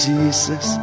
Jesus